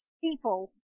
people